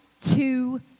two